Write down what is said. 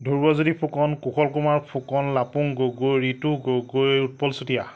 Dhruvajyoti Phukan Kushal Kumar Phukan Lapung Gogoi Ritu Gogoi Utpal Chutia